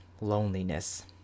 loneliness